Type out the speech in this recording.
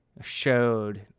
showed